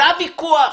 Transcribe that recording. זה הוויכוח.